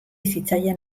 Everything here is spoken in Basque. zitzaien